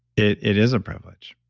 it it is a privilege.